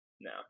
No